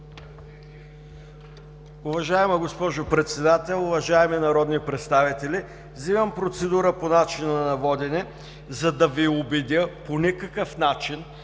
Уважаема госпожо Председател, уважаеми народни представители! Взимам процедура по начина на водене, за да Ви убедя по никакъв начин